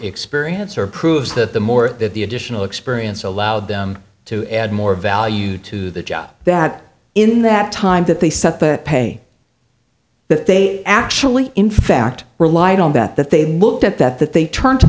experience or proves that the more that the additional experience allowed them to add more value to the job that in that time that they said pay that they actually in fact relied on that that they looked at that that they turn to